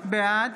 בעד